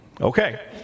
okay